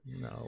No